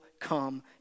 come